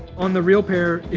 on the real pair, it